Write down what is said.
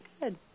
Good